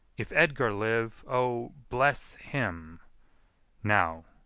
if edgar live, o, bless him now,